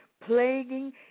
Plaguing